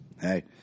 Hey